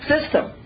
system